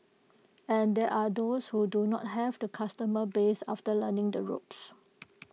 and there are those who do not have the customer base after learning the ropes